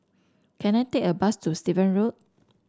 can I take a bus to Steven Road